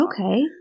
Okay